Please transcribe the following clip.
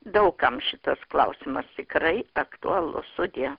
daug kam šitas klausimas tikrai aktualus sudie